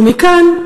ומכאן,